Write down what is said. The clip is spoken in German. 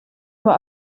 nur